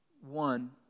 One